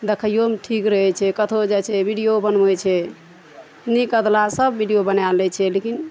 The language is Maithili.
देखैयोमे ठीक रहै छै कतहु जाइ छै बीडियो बनबै छै नीक अधला सब बीडियो बनए लै छै लेकिन